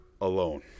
alone